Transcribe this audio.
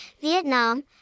Vietnam